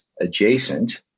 Adjacent